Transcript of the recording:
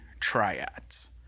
triads